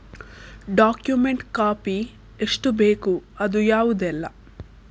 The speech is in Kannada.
ಡಾಕ್ಯುಮೆಂಟ್ ಕಾಪಿ ಎಷ್ಟು ಬೇಕು ಅದು ಯಾವುದೆಲ್ಲ?